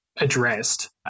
addressed